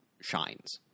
shines